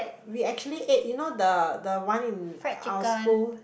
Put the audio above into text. we actually ate you know the the one in our school